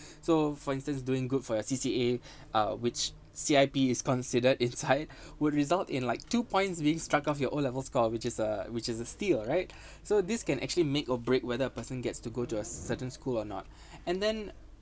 so for instance doing good for your C_C_A uh which C_I_P is considered inside would result in like two points being struck off your O levels score which is uh which is a steal right so this can actually make or break whether a person gets to go to a certain school or not and then